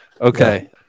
Okay